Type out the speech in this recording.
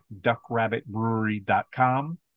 duckrabbitbrewery.com